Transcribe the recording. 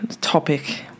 topic